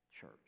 church